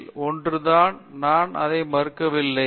விஸ்வநாதன் பொறியியலில் ஒன்று நான் அதை மறுக்கவில்லை